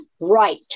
right